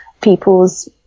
people's